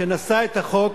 שנשאה את החוק